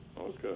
Okay